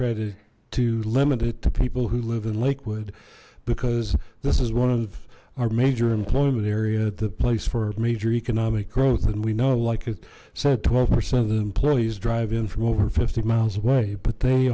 to to limit it to people who live in lake would because this is one of our major employment area at the place for a major economic growth and we know like it said twelve percent of employees drive in from over fifty miles away but they